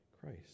christ